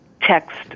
text